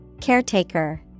Caretaker